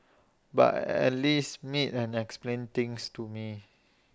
but at least meet and explain things to me